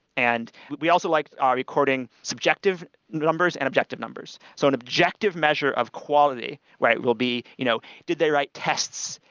and we also like ah recording subjective numbers and objective numbers. so an objective measure of quality will be you know did they write tests?